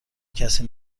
کسی